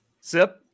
Sip